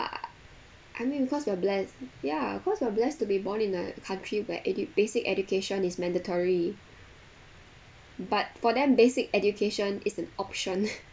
I mean because we are blessed ya cause we're blessed to be born in a country where edu~ basic education is mandatory but for them basic education is an option